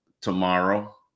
tomorrow